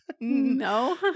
No